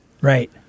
right